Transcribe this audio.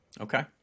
okay